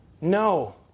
No